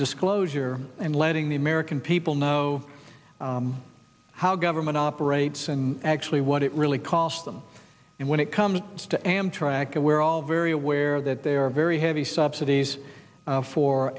disclosure and letting the american people know how government operates and actually what it really costs them and when it comes to amtrak and we're all very aware that they are very heavy subsidies